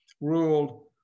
ruled